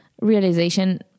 realization